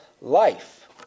life